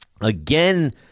again